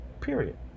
period